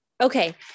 Okay